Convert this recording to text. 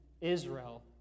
Israel